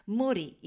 morì